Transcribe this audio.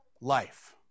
life